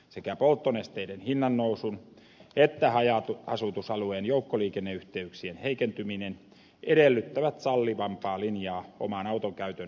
sekä polttonesteiden hinnannousun että haja asutusalueen joukkoliikenneyhteyksien heikentyminen edellyttävät sallivampaa linjaa oman auton käytön työmatkakuluvähennyksessä